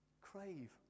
Crave